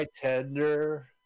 Tender